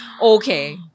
Okay